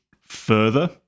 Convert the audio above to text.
further